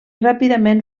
ràpidament